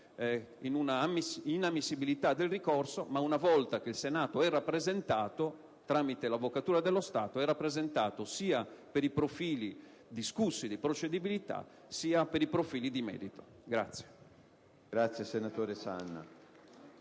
in una inammissibilità del ricorso, ma una volta che il Senato è rappresentato tramite l'Avvocatura dello Stato lo è sia per i profili discussi di procedibilità, sia per quelli di merito.